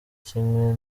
kimwe